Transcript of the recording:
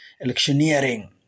electioneering